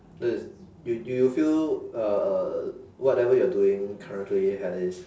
this is you do you feel uh uh whatever you're doing currently has